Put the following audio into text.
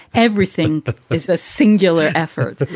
everything is a singular effort.